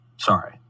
Sorry